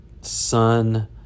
sun